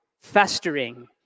festering